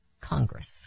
Congress